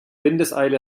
windeseile